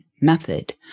Method